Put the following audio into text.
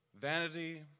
Vanity